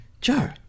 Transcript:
Joe